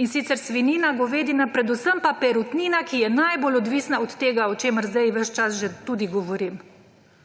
in sicer svinjina, govedina, predvsem pa perutnina, ki je najbolj odvisna od tega, o čemer zdaj ves čas že tudi govorim.